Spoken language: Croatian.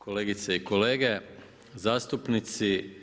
Kolegice i kolege zastupnici.